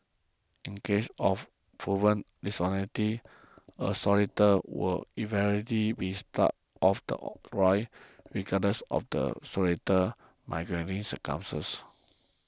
in cases of proven dishonesty a solicitor will invariably be stuck off the roll regardless of the solicitor's mitigating circumstances